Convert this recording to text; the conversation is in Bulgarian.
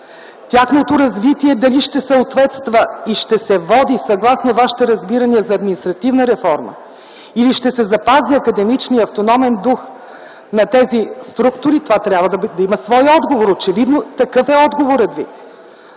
тяхното развитие дали ще съответства и ще се води съгласно вашите разбирания за административна реформа, или ще се запази академичният и автономен дух на тези структури? Това трябва да има свой отговор. Очевидно, такъв е отговорът ви.